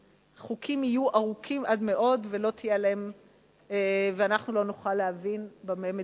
שחוקים יהיו ארוכים עד מאוד ואנחנו לא נוכל להבין במה מדובר.